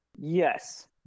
Yes